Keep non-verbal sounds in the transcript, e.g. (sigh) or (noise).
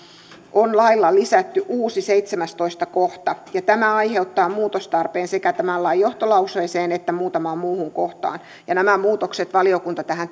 on lailla lisätty uusi seitsemästoista kohta ja tämä aiheuttaa muutostarpeen sekä tämän lain johtolauseeseen että muutamaan muuhun kohtaan nämä muutokset valiokunta tähän (unintelligible)